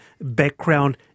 background